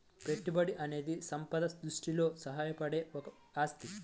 పెట్టుబడి అనేది సంపద సృష్టిలో సహాయపడే ఒక ఆస్తి